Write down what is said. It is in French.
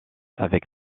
avec